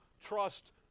trust